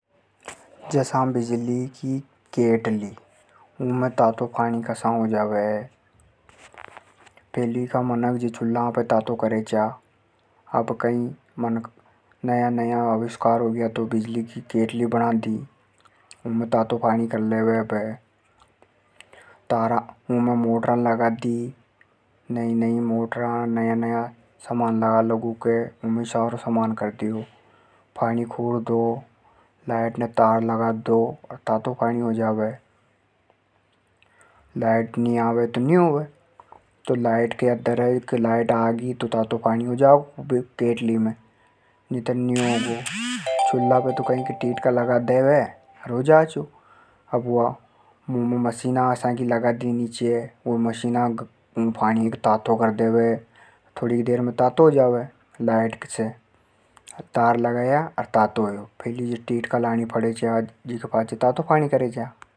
जसा बिजली की केतली। उमे तातो पानी कसा हो जावे। फैली का तो चूल्हा पे करे चा तातो, अबे नवा-नवा आविष्कार हो गया। अब केतली में तार लगा दो तातो पानी हो जावे। लाइट नी आवे तो नी होवे। चूल्हा में तो लकड़ियां लगा दे तो हो जा। केतली में ऐसी मशीना लगा दी जे तातो पानी कर दे। थोड़ी देर में ही हो जा तातो।